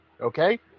Okay